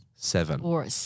Seven